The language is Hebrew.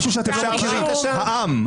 משהו שאתם לא מכירים, העם.